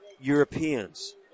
Europeans